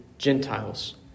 Gentiles